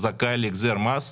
זכאי להחזר מס,